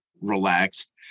relaxed